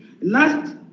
Last